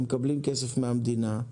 הם מקבלים כסף מן המדינה.